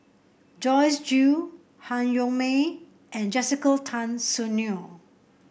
Joyce Jue Han Yong May and Jessica Tan Soon Neo